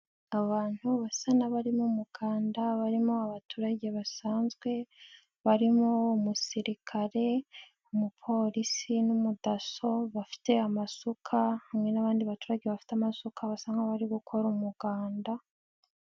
Abantu basa n'abari mu muganda barimo abaturage basanzwe, barimo umusirikare, umupolisi n'umudaso bafite amasuka, hamwe n'abandi baturage bafite amasuka basa nk'abari gukora umuganda.